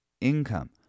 income